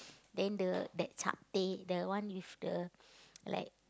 then the that the one with the like